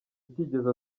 utigeze